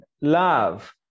love